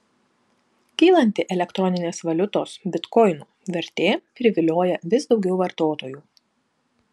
kylanti elektroninės valiutos bitkoinų vertė privilioja vis daug vartotojų